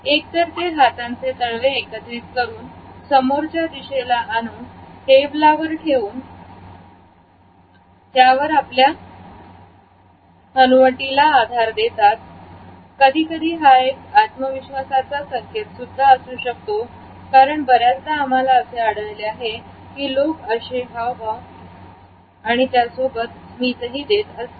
एकतर ते हातांचे तळवे एकत्रित करून समोरच्या दिशेला आणून टेबलावर ठेवून त्यावर आपल्या हनुवटीला आधार देतात कधीकधी हा एक आत्मविश्वासाचा संकेत सुद्धा असू शकतो कारण बऱ्याचदा आम्हाला असे आढळले आहे की लोक अशा हावभाव सोबत स्मितही देत असता